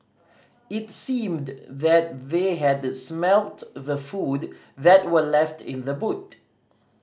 it seemed that they had smelt the food that were left in the boot